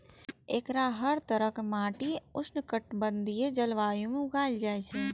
एकरा हर तरहक माटि आ उष्णकटिबंधीय जलवायु मे उगायल जाए छै